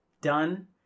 done